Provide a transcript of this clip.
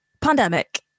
pandemic